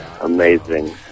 amazing